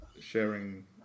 sharing